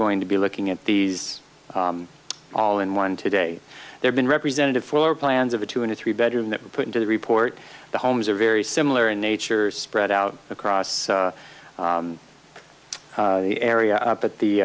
going to be looking at these all in one today there's been representative floor plans of a two in a three bedroom that were put into the report the homes are very similar in nature spread out across the area up at the